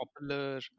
popular